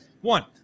One